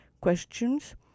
questions